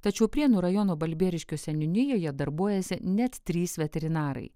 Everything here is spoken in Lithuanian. tačiau prienų rajono balbieriškio seniūnijoje darbuojasi net trys veterinarai